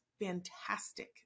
fantastic